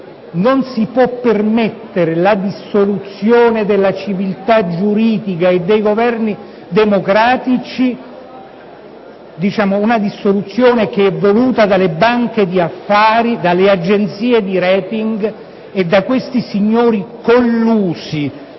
non si può permettere la dissoluzione della civiltà giuridica e dei Governi democratici, una dissoluzione che è voluta dalle banche di affari, dalle agenzie di *rating* e da questi signori collusi,